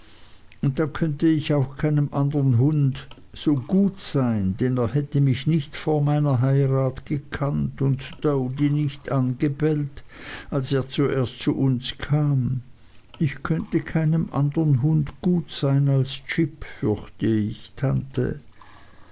und dann könnte ich auch keinem andern hund so gut sein als jip denn er hätte mich nicht vor meiner heirat gekannt und doady nicht angebellt als er zuerst zu uns kam ich könnte keinem andern hund gut sein als jip fürchte ich tante